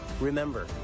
Remember